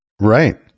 Right